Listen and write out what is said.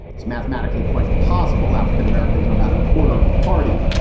it's mathematically quite possible. african-americans are about a quarter of the party,